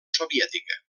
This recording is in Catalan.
soviètica